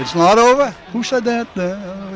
it's not over who said that